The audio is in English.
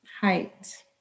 height